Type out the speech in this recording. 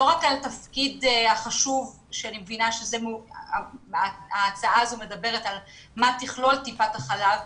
בעוד שאני מבינה שההצעה הזו מדברת על השאלה מה תכלול טיפת החלב.